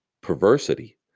perversity